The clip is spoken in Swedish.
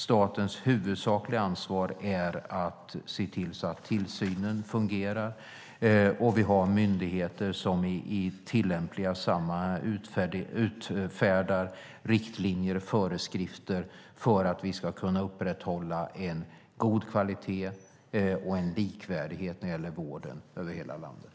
Statens huvudsakliga ansvar är att se till att tillsynen fungerar och att vi har myndigheter som utfärdar riktlinjer och föreskrifter för att vi ska kunna upprätthålla en god kvalitet och en likvärdighet i vården i hela landet.